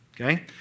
okay